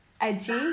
edgy